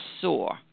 soar